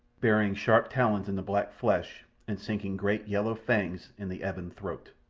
burying sharp talons in the black flesh and sinking great yellow fangs in the ebon throat.